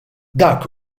dak